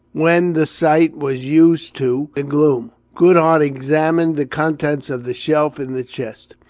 when the sight was used to the gloom, goodhart examined the contents of the shelf in the chest,